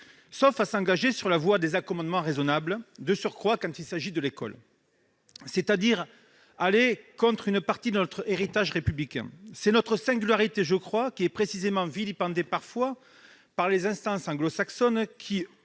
sauf à s'engager sur la voie des accommodements déraisonnables, de surcroît quand il s'agit de l'école, et à aller contre une partie de notre héritage républicain. C'est notre singularité, je crois, qui est précisément vilipendée parfois par les instances anglo-saxonnes qui,